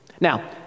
Now